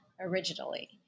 originally